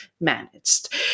managed